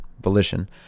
Volition